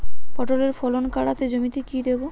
পটলের ফলন কাড়াতে জমিতে কি দেবো?